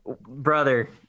brother